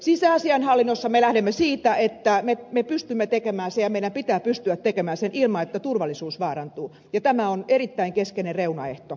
sisäasiainhallinnossa me lähdemme siitä että me pystymme tekemään ja meidän pitää pystyä tekemään se ilman että turvallisuus vaarantuu ja tämä on erittäin keskeinen reunaehto